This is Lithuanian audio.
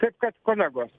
taip kad kolegos